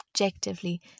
objectively